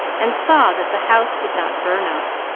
and saw that the house did not burn up.